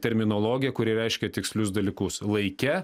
terminologija kuri reiškia tikslius dalykus laike